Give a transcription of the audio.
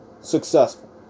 successful